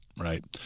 right